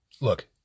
look